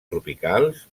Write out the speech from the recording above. tropicals